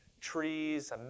trees